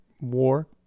war